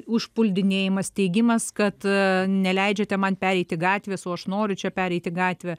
užpuldinėjimas teigimas kad neleidžiate man pereiti gatvės o aš noriu čia pereiti gatvę